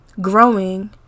growing